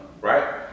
Right